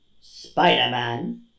Spider-Man